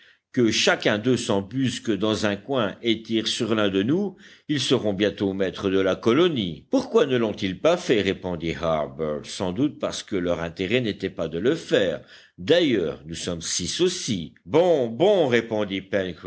que chacun d'eux s'embusque dans un coin et tire sur l'un de nous ils seront bientôt maîtres de la colonie pourquoi ne lont ils pas fait répondit harbert sans doute parce que leur intérêt n'était pas de le faire d'ailleurs nous sommes six aussi bon bon répondit